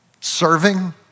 serving